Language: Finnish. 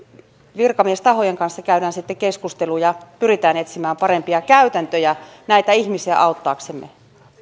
virkamiestahojen kanssa käydään keskusteluja pyritään etsimään parempia käytäntöjä näitä ihmisiä auttaaksemme